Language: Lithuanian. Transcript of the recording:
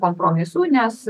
kompromisų nes